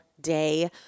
day